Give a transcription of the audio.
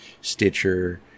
Stitcher